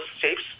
shapes